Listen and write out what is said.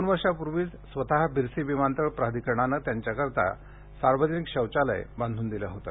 दोन वर्षापूर्वीच स्वतः बिरसी विमानतळ प्राधिकरणानं त्यांच्याकरिता सावर्जनिक शौचालय बांधून दिलं होतं